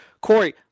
Corey